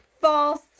False